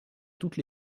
toutes